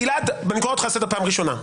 גלעד, אני קורא אותך לסדר בפעם הראשונה.